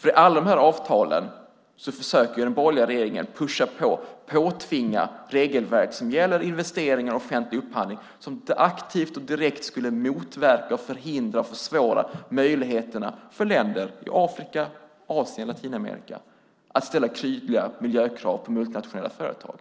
I alla de avtalen försöker den borgerliga regeringen påtvinga regelverk som gäller investeringar och offentlig upphandling, som aktivt och direkt skulle motverka, förhindra och försvåra för länder i Afrika, Asien och Latinamerika att ställa tydliga miljökrav på multinationella företag.